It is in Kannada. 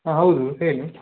ಹಾಂ ಹೌದು ಹೇಳಿ